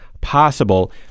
possible